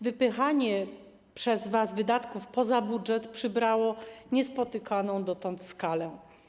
Wypychanie przez was wydatków poza budżet przybrało niespotykaną dotąd skalę.